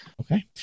Okay